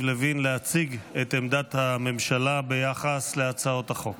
לוין להציג את עמדת הממשלה ביחס להצעות החוק.